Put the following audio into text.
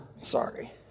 Sorry